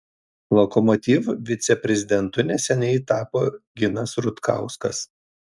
lokomotiv viceprezidentu neseniai tapo ginas rutkauskas